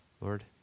Lord